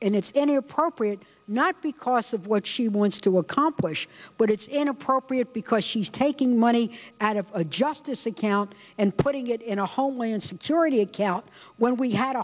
and it's inappropriate not because of what she wants to accomplish but it's inappropriate because she's taking money out of the justice account and putting it in a homeland security account when we had